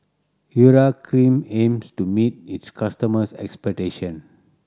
Urea Cream aims to meet its customers' expectation